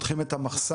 פותחים את המחסן,